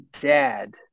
dad